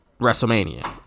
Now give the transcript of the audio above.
WrestleMania